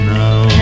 now